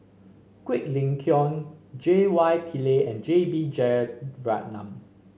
Quek Ling Kiong J Y Pillay and J B Jeyaretnam